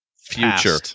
Future